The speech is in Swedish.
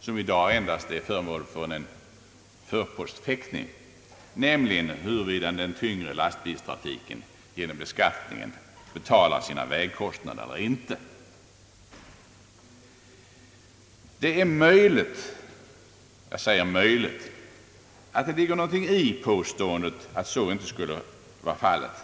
som i dag endast är föremål för en förpostfäktning, nämligen huruvida den tyngre lastbilstrafiken genom beskattningen betalar sina vägkostnader eller inte. Det är möjligt — jag säger möjligt — att något ligger i påståendet att så inte skulle vara fallet.